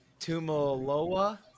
Tumaloa